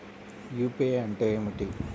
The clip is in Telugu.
యూ.పీ.ఐ అంటే ఏమిటీ?